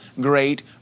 great